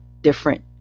different